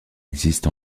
existe